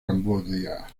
camboya